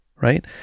right